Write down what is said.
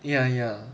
ya ya